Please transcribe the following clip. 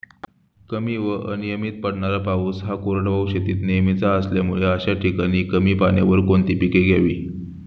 कमी व अनियमित पडणारा पाऊस हा कोरडवाहू शेतीत नेहमीचा असल्यामुळे अशा ठिकाणी कमी पाण्यावर कोणती पिके घ्यावी?